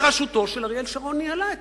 בראשותו של אריאל שרון, ניהלה את